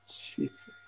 Jesus